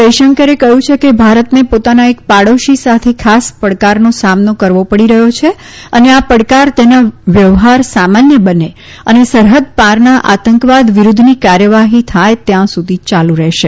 જયશંકરે કહ્યું છે કે ભારતને પોતાના એક પાડોશી સાથે ખાસ પડકારનો સામનો કરવો પડી રહ્યો છે અને આ પડકાર તેનો વ્યવહાર સામાન્ય બને અને સરહદ પારના આતંકવાદ વિરૂધ્ધની કાર્યવાહી થાય તયાં સુધી યાલુ રહેશે